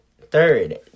third